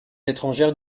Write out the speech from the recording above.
étrangères